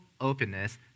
openness